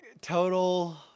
total